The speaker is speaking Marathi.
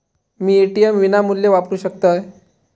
मी ए.टी.एम विनामूल्य वापरू शकतय?